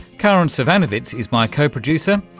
karin so zsivanovits is my co-producer,